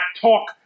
talk